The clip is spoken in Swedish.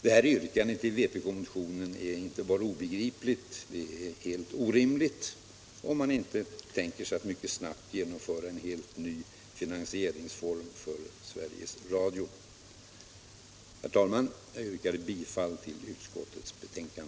Detta yrkande i vpk-motionen är inte bara obegripligt, det är helt orimligt — om man inte tänker sig att mycket snabbt genomföra en helt ny finansieringsform för Sveriges Radio. Herr talman! Jag yrkar bifall till utskottets hemställan.